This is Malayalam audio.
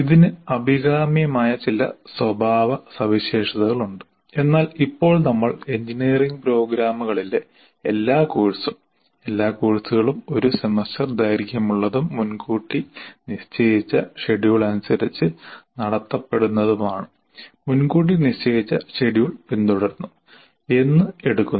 ഇതിന് അഭികാമ്യമായ ചില സ്വഭാവസവിശേഷതകൾ ഉണ്ട് എന്നാൽ ഇപ്പോൾ നമ്മൾ എഞ്ചിനീയറിംഗ് പ്രോഗ്രാമുകളിലെ എല്ലാ കോഴ്സും എല്ലാ കോഴ്സുകളും ഒരു സെമസ്റ്റർ ദൈർഘ്യമുള്ളതും മുൻകൂട്ടി നിശ്ചയിച്ച ഷെഡ്യൂൾ അനുസരിച്ച് നടത്തപ്പെടുന്നതുമാണ് മുൻകൂട്ടി നിശ്ചയിച്ച ഷെഡ്യൂൾ പിന്തുടരുന്നു എന്ന് എടുക്കുന്നു